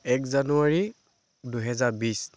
এক জানুৱাৰী দুহেজাৰ বিছ